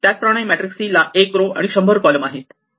त्याचप्रमाणे matrix C ला 1 row आणि 100 कॉलम आहे